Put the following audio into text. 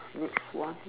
next one